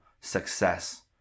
success